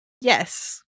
Yes